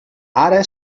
ara